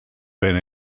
been